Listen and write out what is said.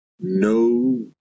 no